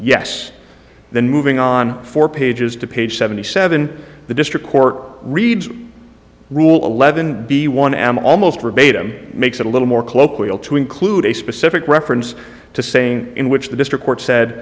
yes then moving on four pages to page seventy seven the district court reads rule eleven b one am almost verbatim makes it a little more colloquial to include a specific reference to saying in which the district court said